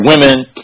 women